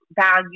value